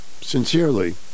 Sincerely